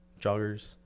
joggers